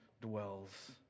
dwells